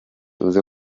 uze